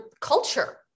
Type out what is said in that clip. culture